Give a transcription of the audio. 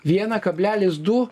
vieną kablelis du